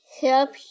help